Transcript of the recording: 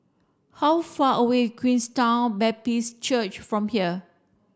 how far away Queenstown Baptist Church from here